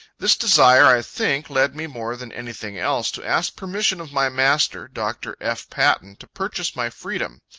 this desire i think, led me more than anything else, to ask permission of my master, dr. f. patten, to purchase my freedom.